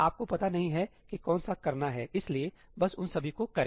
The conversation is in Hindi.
आपको पता नहीं है कि कौन सा करना है इसलिए बस उन सभी को करें